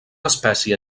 espècie